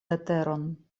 leteron